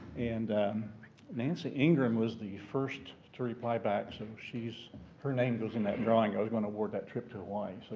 and nancy ingram was the first to reply back. so she's her name goes in that drawing, i was going to award that trip to hawaii, so